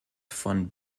von